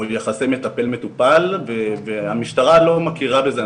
או יחסי מטפל מטופל והמשטרה לא מכירה בזה,